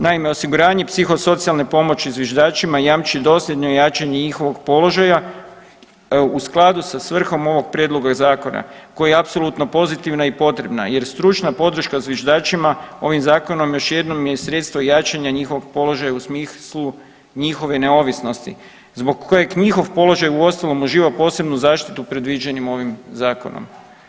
Naime, osiguranje psihosocijalne pomoći zviždačima jamči dosljedno jačanje njihovog položaja u skladu sa svrhom ovog prijedloga zakona koja je apsolutno pozitivna i potrebna jer stručna podrška zviždačima ovim zakonom još jednom je sredstvo jačanja njihovog položaja u smislu njihove neovisnosti zbog kojeg njihov položaj uostalom uživa posebnu zaštitu predviđenu ovim zakonom.